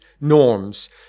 norms